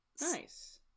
Nice